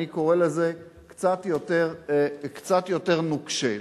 אני קורא לזה קצת יותר נוקשה,